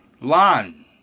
Lan